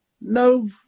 no